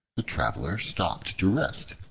the traveler stopped to rest,